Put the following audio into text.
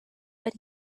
but